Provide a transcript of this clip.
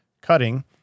cutting